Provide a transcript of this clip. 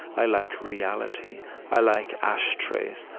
i like reality i like ashtrays,